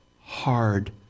hard